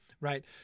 right